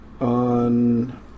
On